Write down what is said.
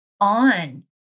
on